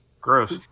Gross